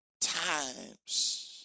times